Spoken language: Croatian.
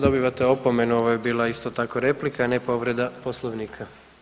Dobivate opomenu, ovo je bila isto tako replika, a ne povreda poslovnika.